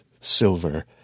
silver